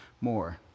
more